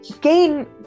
gain